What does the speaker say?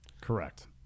Correct